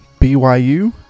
BYU